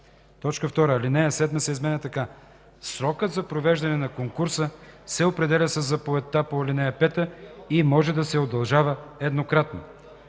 МВР.” 2. Алинея 7 се изменя така: „(7) Срокът за провеждане на конкурса се определя със заповедта по ал. 5 и може да се удължава еднократно.”